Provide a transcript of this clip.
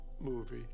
movie